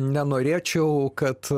nenorėčiau kad